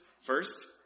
first